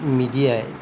মিডিয়াই